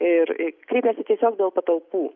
ir kreipėsi tiesiog dėl patalpų